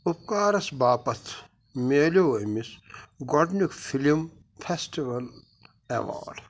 اپکارَس باپتھ مِلیو أمِس گۄڈٕنیُک فِلم فیسٹِول ایوارڈ